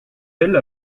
elle